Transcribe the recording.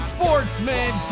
Sportsman